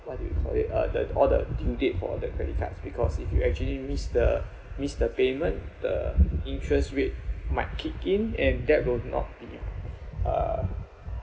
what do you call it uh that all the due date for the credit cards because if you actually miss the miss the miss the payment the interest rate might kick in and that will not be uh